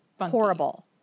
Horrible